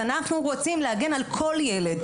אנחנו רוצים להגן על כל ילד.